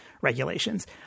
regulations